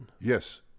Yes